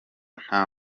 nta